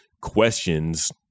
questions